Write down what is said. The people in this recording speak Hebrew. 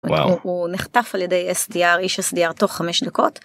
וואו. הוא נחטף על ידי sdr, איש sdr תוך 5 דקות.